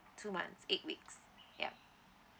two months eight weeks yup